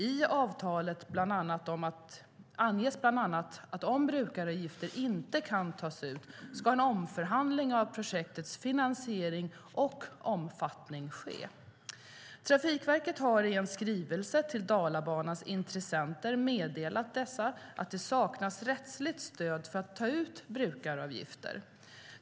I avtalet anges bland annat att om brukaravgifter inte kan tas ut ska en omförhandling av projektets finansiering och omfattning ske. Trafikverket har i en skrivelse till Dalabanans intressenter meddelat dessa att det saknas rättsligt stöd för att ta ut brukaravgifter.